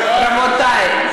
רבותי,